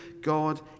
God